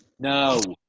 no.